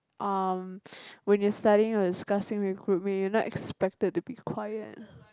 um when you're studying or discussing with group mate you're not expected to be quiet